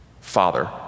Father